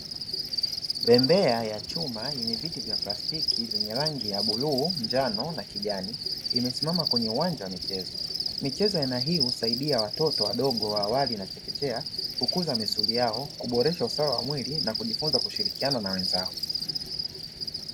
Bembea ya chuma yenye viti vya plastiki vyenye rangi ya buluu, njano na kijani, imesimama kwenye uwanja wa michezo. Michezo ya aina hii husaidia watoto wadogo wa awali na chekechea kukuza misuli yao, kuboresha usawa wa mwili na kujifunza kushirikiana na wenzao.